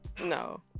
No